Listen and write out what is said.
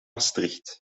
maastricht